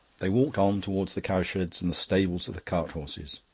they walked on towards the cowsheds and the stables of the cart-horses.